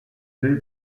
tuée